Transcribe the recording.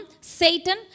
Satan